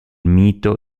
mito